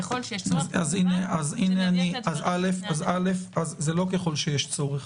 ככל שיש צורך --- זה לא "ככל שיש צורך".